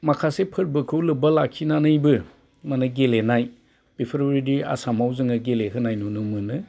माखासे फोरबोखौ लोबबा लाखिनानैबो माने गेलेनाय बेफोरबायदि आसामाव जोङो गेलेहोनाय नुनो मोनो